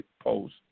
post